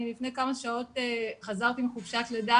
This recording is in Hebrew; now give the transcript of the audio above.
לפני כמה שעות אני חזרתי מחופשת לידה